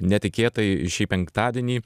netikėtai šį penktadienį